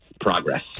progress